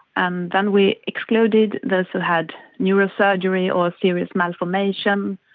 and then we excluded those who had neurosurgery or serious malformation,